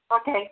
Okay